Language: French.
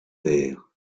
terre